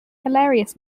hilarious